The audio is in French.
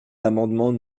l’amendement